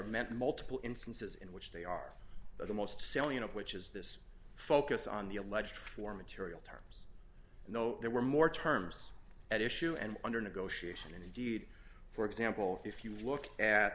meant multiple instances in which they are but the most salient of which is this focus on the alleged for material terms no there were more terms at issue and under negotiation and indeed for example if you look at